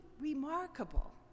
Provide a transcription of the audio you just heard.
remarkable